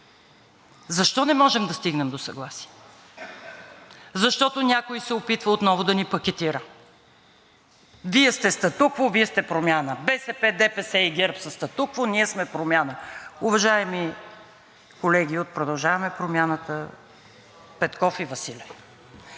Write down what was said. Защо не можем да стигнем до съгласие? Защото някой се опитва отново да ни пакетира – Вие сте статукво, Вие сте промяна, БСП, ДПС и ГЕРБ са статукво, ние сме промяна. Уважаеми колеги от „Продължаваме Промяната“ Петков и Василев,